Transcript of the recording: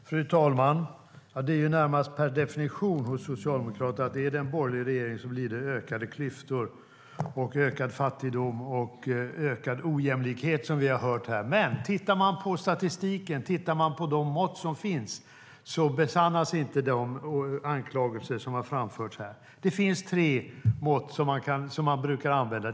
Fru talman! Hos Socialdemokraterna är det närmast per definition så att är det en borgerlig regering blir det ökade klyftor, ökad fattigdom och ökad ojämlikhet, som vi hört här. Men enligt statistiken och de mått som finns besannas inte de anklagelser som framförts här. Det finns tre mått som man brukar använda.